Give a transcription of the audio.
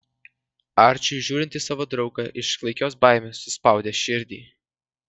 arčiui žiūrint į savo draugą iš klaikios baimės suspaudė širdį